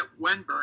Wenberg